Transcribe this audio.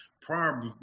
prior